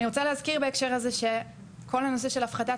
אני רוצה להזכיר בהקשר הזה שכל הנושא של הפחתת